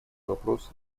вопрос